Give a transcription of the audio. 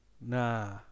Nah